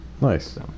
Nice